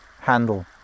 handle